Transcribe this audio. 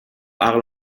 عقل